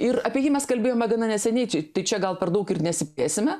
ir apie jį mes kalbėjome gana neseniai čia tai čia gal per daug ir nesiplėsime